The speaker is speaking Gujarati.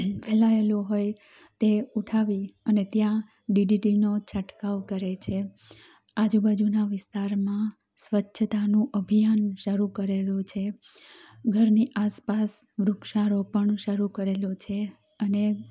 ફેલાયેલો હોય તે ઉઠાવી અને ત્યાં ડીડીટીનો છંટકાવ કરે છે આજુ બાજુના વિસ્તારમાં સ્વચ્છતાનું અભ્યાન શરૂ કરેલું છે ઘરની આસપાસ વૃક્ષારોપણ શરૂ કરેલું છે અને